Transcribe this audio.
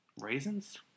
raisins